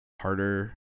harder